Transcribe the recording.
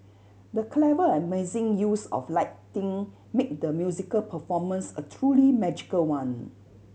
the clever and amazing use of lighting made the musical performance a truly magical one